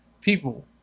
People